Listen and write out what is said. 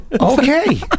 Okay